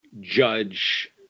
Judge